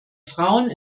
frauen